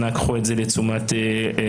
אנא קחו את זה לתשומת לבכם.